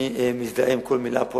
אני מזדהה עם כל מלה פה,